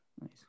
nice